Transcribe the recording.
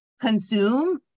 consume